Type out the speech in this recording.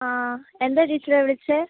ആ എന്താണ് ടീച്ചറേ വിളിച്ചത്